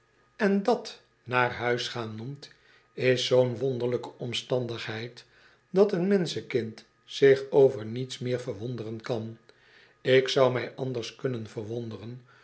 en dat naar huis gaan noemt is zoo'n wonderlijke omstandigheid dat een menschenkind zich over niets meer verwonderen kan ik zou mij anders kunnen verwonderen